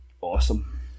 Awesome